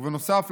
ובנוסף,